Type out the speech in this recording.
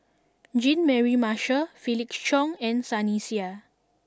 Jean Mary Marshall Felix Cheong and Sunny Sia